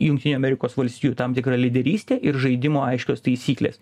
jungtinių amerikos valstijų tam tikra lyderystė ir žaidimo aiškios taisyklės